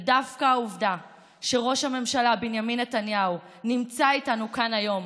ודווקא העובדה שראש הממשלה בנימין נתניהו נמצא איתנו כאן היום,